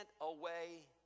away